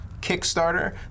Kickstarter